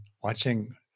watching